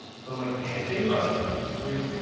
so i'm like panting like he